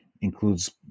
includes